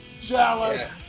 Jealous